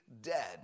dead